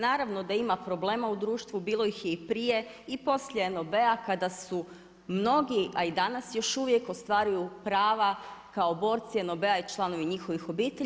Naravno da ima problema u društvu, bilo ih je i prije i poslije NOB-a kada su mnogi a i danas još uvijek ostvaruju prava kao borci NOB-a i članovi njihovih obitelji.